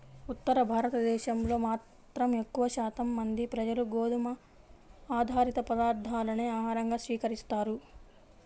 ఉత్తర భారతదేశంలో మాత్రం ఎక్కువ శాతం మంది ప్రజలు గోధుమ ఆధారిత పదార్ధాలనే ఆహారంగా స్వీకరిస్తారు